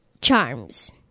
Charms